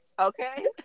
okay